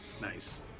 Nice